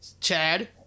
Chad